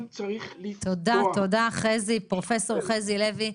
תודה רבה פרופסור חזי לוי.